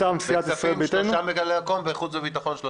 בכספים, חוץ וביטחון.